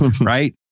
right